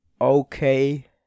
okay